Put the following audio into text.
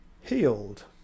healed